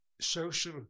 Social